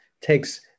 takes